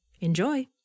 Enjoy